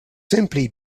simply